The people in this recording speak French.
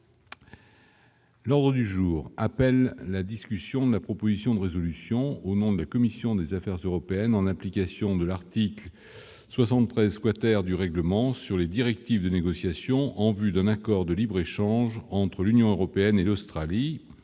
L'ordre du jour appelle la discussion de la proposition de résolution au nom de la commission des affaires européennes, en application de l'article 73 quater du règlement sur les directives de négociations en vue d'un accord de libre-échange entre l'Union européenne et l'Australie,